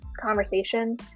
conversation